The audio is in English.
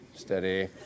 Steady